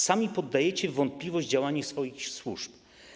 Sami podajecie w wątpliwość działanie swoich służb.